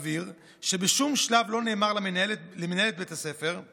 אבהיר שבשום שלב לא נאמר למנהלת בית הספר,